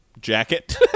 jacket